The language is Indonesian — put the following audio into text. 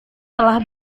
telah